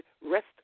rest